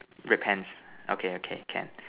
red pants okay okay can